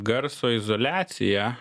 garso izoliaciją